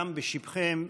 גם בשמכם,